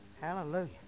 Hallelujah